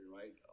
right